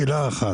יש לי שאלה אחת,